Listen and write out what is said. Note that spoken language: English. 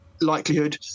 likelihood